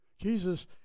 Jesus